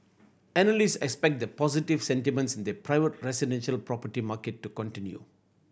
analyst expect the positive sentiments in the private residential property market to continue